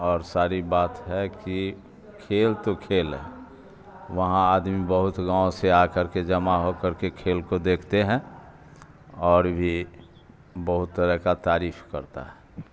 اور ساری بات ہے کہ کھیل تو کھیل ہے وہاں آدمی بہت گاؤں سے آ کر کے جمع ہو کر کے کھیل کو دیکھتے ہیں اور بھی بہت طرح کا تعریف کرتا ہے